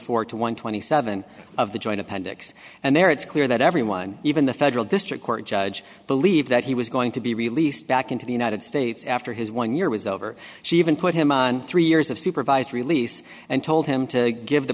four to one twenty seven of the joint appendix and there it's clear that everyone even the federal district court judge believe that he was going to be released back into the united states after his one year was over she even put him on three years of supervised release and told him to give the